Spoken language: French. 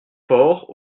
port